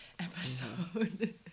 episode